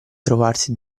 trovarsi